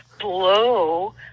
blow